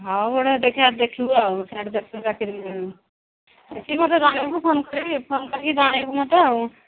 ହଉ ଗୋଟେ ଦେଖିବା ଦେଖିବୁ ଆଉ ସିଆଡ଼େ ଦେଖିକି ଚାକିରି ଦେଖିକି ମୋତେ ଜଣେଇବୁ ଫୋନ କରିବୁ ଫୋନ କରିକି ଜଣେଇବୁ ମୋତେ ଆଉ